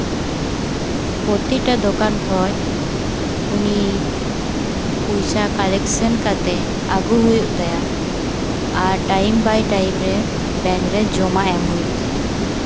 ᱯᱨᱚᱛᱤᱴᱟ ᱫᱚᱠᱟᱱ ᱠᱷᱚᱡ ᱩᱱᱤ ᱯᱚᱭᱥᱟ ᱠᱟᱞᱮᱠᱥᱮᱱ ᱠᱟᱛᱮ ᱟᱹᱜᱩ ᱦᱩᱭᱩᱜ ᱛᱟᱭᱟ ᱟᱨ ᱴᱟᱭᱤᱢ ᱵᱟᱭ ᱴᱟᱭᱤᱢ ᱨᱮ ᱵᱮᱝᱠ ᱨᱮ ᱡᱚᱢᱟ ᱮᱢ ᱦᱩᱭᱩᱜ ᱛᱟᱭᱟ